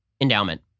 endowment